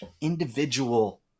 individual